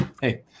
hey